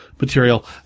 material